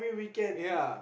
ya